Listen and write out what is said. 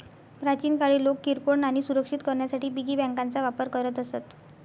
प्राचीन काळी लोक किरकोळ नाणी सुरक्षित करण्यासाठी पिगी बँकांचा वापर करत असत